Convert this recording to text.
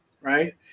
right